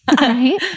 Right